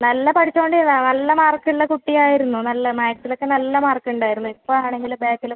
നല്ല പഠിച്ചത് കൊണ്ട് ഇരുന്നതാണ് നല്ല മാർക്ക് ഉള്ള കുട്ടി ആയിരുന്നു നല്ല മാത്സിലൊക്കെ നല്ല മാർക്ക് ഉണ്ടായിരുന്നു ഇപ്പോൾ ആണെങ്കിൽ ബാക്കിൽ